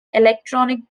electronic